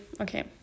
okay